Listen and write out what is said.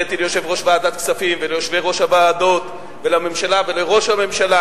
הודיתי ליושב-ראש ועדת כספים וליושבי-ראש הוועדות ולממשלה ולראש הממשלה,